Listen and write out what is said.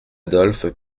adolphe